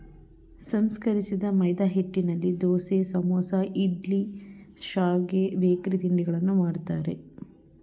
ಸಂಸ್ಕರಿಸಿದ ಮೈದಾಹಿಟ್ಟಿನಲ್ಲಿ ದೋಸೆ, ಸಮೋಸ, ಇಡ್ಲಿ, ಶಾವ್ಗೆ, ಬೇಕರಿ ತಿಂಡಿಗಳನ್ನು ಮಾಡ್ತರೆ